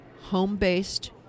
home-based